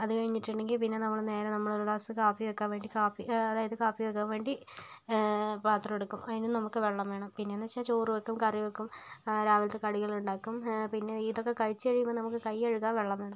അത് കഴിഞ്ഞിട്ടുണ്ടെങ്കിൽ പിന്നെ നമ്മൾ നേരെ നമ്മൾ ഒരു ഗ്ലാസ് കാപ്പി വെക്കാൻ വേണ്ടി കാപ്പി അതായത് കാപ്പി വെക്കാൻ വേണ്ടി പാത്രമെടുക്കും അതിന് നമുക്ക് വെള്ളം വേണം പിന്നെ എന്ന് വെച്ചാൽ ചോറുവെക്കും കറി വെക്കും രാവിലത്തെ കടികൾ ഉണ്ടാക്കും പിന്നെ ഇതൊക്കെ കഴിച്ച് കഴിയുമ്പം നമുക്ക് കൈ കഴുകാൻ വെള്ളം വേണം